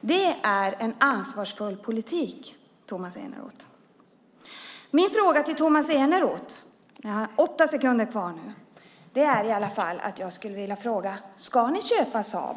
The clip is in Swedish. Det är en ansvarsfull politik, Tomas Eneroth. Jag vill fråga Tomas Eneroth: Ska ni köpa Saab?